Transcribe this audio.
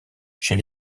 chez